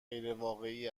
واقعی